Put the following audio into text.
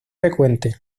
frecuente